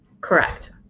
Correct